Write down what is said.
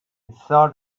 thought